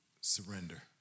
surrender